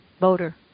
voter